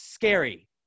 scary